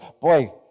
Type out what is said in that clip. boy